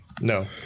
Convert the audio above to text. No